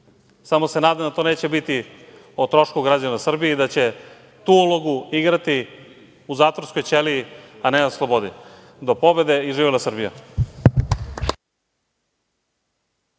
Samo se nadam da to neće biti o trošku građana Srbije i da će tu ulogu igrati u zatvorskoj ćeliji, a ne na slobodi. Do pobede! Živela Srbija!